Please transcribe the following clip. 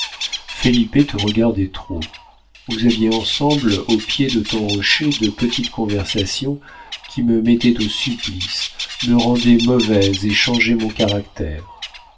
te regardait trop vous aviez ensemble au pied de ton rocher de petites conversations qui me mettaient au supplice me rendaient mauvaise et changeaient mon caractère